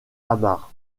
ammar